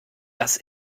das